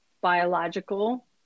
biological